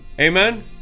Amen